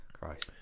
Christ